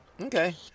Okay